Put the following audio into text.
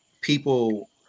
people